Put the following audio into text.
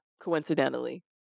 coincidentally